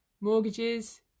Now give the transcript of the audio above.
mortgages